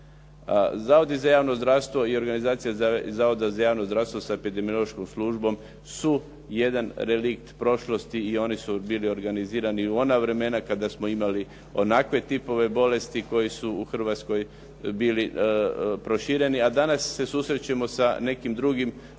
Zavodi za javno zdravstvo i organizacija Zavoda za javno zdravstvo sa epidemiološkom službom su jedan relikt prošlosti i oni su bili organizirani u ona vremena kada smo imali onakve tipove bolesti koje su u Hrvatskoj bile proširene, a danas se susrećemo sa nekim drugim